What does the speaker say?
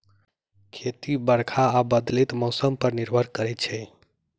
खेती बरखा आ बदलैत मौसम पर निर्भर करै छै